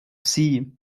sie